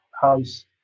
house